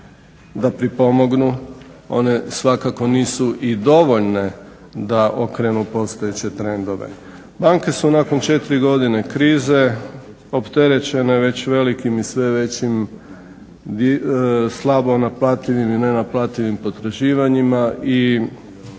da pripomognu one svakako nisu i dovoljne da okrenu postojeće trendove. Banke su nakon 4 godine krize opterećene već velikim i sve većim slabo naplativim i nenaplativim potraživanjima i